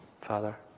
Father